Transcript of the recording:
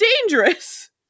dangerous